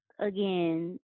again